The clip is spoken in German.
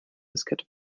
diskette